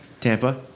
Tampa